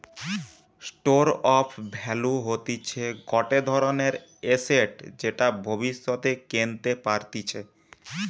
store of value হতিছে গটে ধরণের এসেট যেটা ভব্যিষতে কেনতে পারতিছে